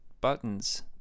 buttons